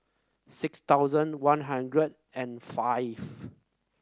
six thousand One Hundred and five